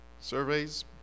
Surveys